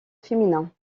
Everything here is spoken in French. féminin